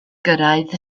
gyrraedd